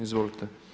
Izvolite.